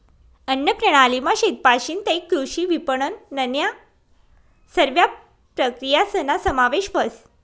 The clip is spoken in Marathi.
अन्नप्रणालीमा शेतपाशीन तै कृषी विपनननन्या सरव्या प्रक्रियासना समावेश व्हस